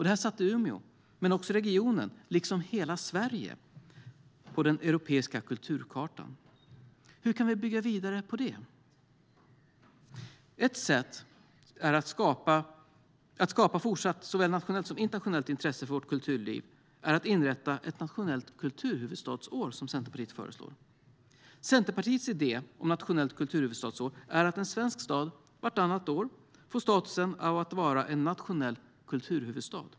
Det satte Umeå - men också regionen, liksom hela Sverige - på den europeiska kulturkartan. Hur kan vi bygga vidare på det? Ett sätt att skapa fortsatt såväl nationellt som internationellt intresse för vårt kulturliv är att inrätta ett nationellt kulturhuvudstadsår, som Centerpartiet föreslår. Centerpartiets idé om ett nationellt kulturhuvudstadsår är att en svensk stad vartannat år får status av att vara nationell kulturhuvudstad.